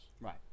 right